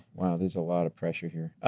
wow, there's a lot of pressure here.